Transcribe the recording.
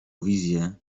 wizje